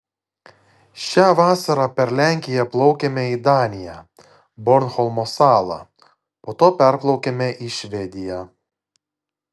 šią vasarą per lenkiją plaukėme į daniją bornholmo salą po to perplaukėme į švediją